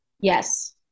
Yes